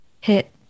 hit